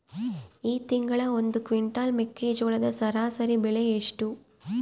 ಈ ತಿಂಗಳ ಒಂದು ಕ್ವಿಂಟಾಲ್ ಮೆಕ್ಕೆಜೋಳದ ಸರಾಸರಿ ಬೆಲೆ ಎಷ್ಟು?